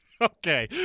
Okay